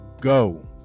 go